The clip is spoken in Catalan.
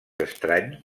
estrany